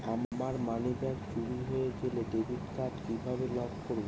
আমার মানিব্যাগ চুরি হয়ে গেলে ডেবিট কার্ড কিভাবে লক করব?